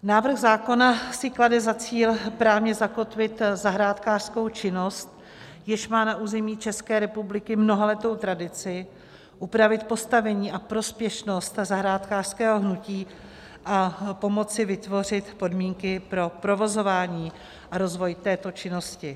Návrh zákona si klade za cíl právně zakotvit zahrádkářskou činnost, jež má na území ČR mnohaletou tradici, upravit postavení a prospěšnost zahrádkářského hnutí a pomoci vytvořit podmínky pro provozování a rozvoj této činnosti.